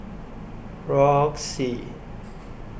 Roxy